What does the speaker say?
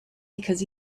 because